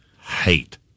hate